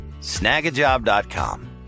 snagajob.com